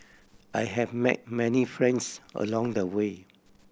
I have met many friends along the way